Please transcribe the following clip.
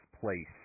place